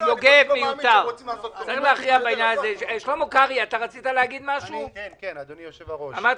ותימנע הפגיעה בחיסכון לטווח בינוני ולטווח ארוך.